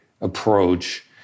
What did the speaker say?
approach